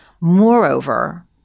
Moreover